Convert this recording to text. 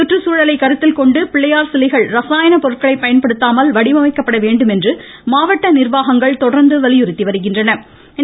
கற்றுச்சூழலை கருத்தில்கொண்டு பிள்ளையார் சிலைகள் ரசாயண பொருட்களை பயன்படுத்தாமல் வடிவமைக்கப்பட வேண்டும் என்று மாவட்ட நிர்வாகங்கள் தொடர்ந்து வலியுறுத்தி வருகின்றன